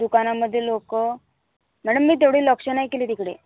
दुकानामधे लोकं मॅडम मी तेवढी लक्ष नाही केली तिकडे